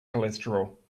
cholesterol